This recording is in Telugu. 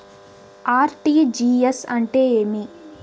ఆర్.టి.జి.ఎస్ అంటే ఏమి?